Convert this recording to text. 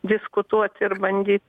diskutuot ir bandyt